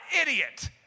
idiot